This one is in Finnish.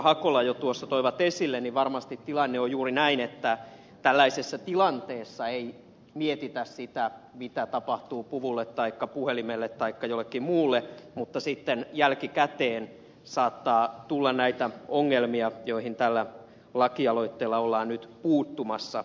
hakola jo toivat esille niin varmasti tilanne on juuri näin että tällaisessa tilanteessa ei mietitä sitä mitä tapahtuu puvulle taikka puhelimelle taikka jollekin muulle mutta sitten jälkikäteen saattaa tulla näitä ongelmia joihin tällä lakialoitteella ollaan nyt puuttumassa